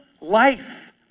life